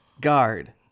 Guard